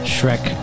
Shrek